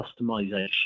customization